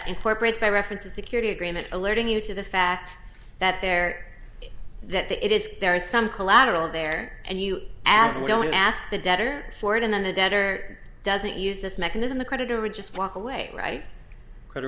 incorporates a reference a security agreement alerting you to the fact that there that it is there is some collateral there and you ask them don't ask the debtor for it and then a debtor doesn't use this mechanism the creditor would just walk away right credit